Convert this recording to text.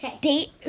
Date